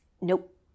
nope